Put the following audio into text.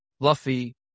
fluffy